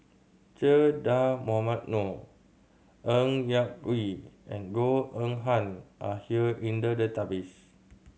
Che Dah Mohamed Noor Ng Yak Whee and Goh Eng Han are here in the database